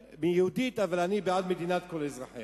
אבל אני בעד מדינת כל אזרחיה.